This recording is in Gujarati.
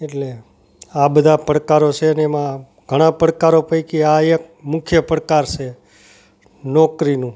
એટલે આ બધા પડકારો છે અને એમાં ઘણા પડકારો પૈકી આ એક મુખ્ય પડકાર છે નોકરીનું